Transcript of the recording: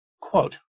Quote